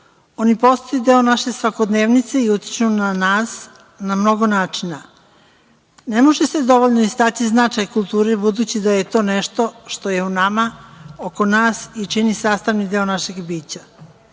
Oni postaju deo naše svakodnevice i utiču na nas, na mnogo način. Ne može se dovoljno istaći značaj kulture i budući da je to nešto što je u nama, oko nas i čini sastavni deo našeg bića.